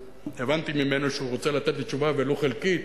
הבנתי ממנו שהוא רוצה לתת לי תשובה, ולו חלקית,